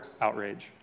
outrage